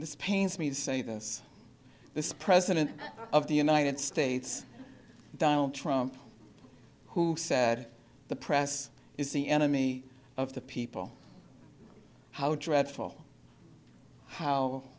this pains me to say this this president of the united states donald trump who said the press is the enemy of the people how dreadful how